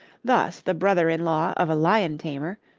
thus the brother-in-law of a lion-tamer,